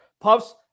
Puffs